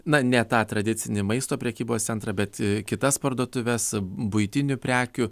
na ne tą tradicinį maisto prekybos centrą bet kitas parduotuves buitinių prekių